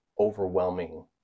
overwhelming